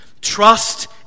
Trust